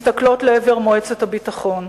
מסתכלות לעבר מועצת הביטחון,